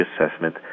assessment